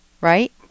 right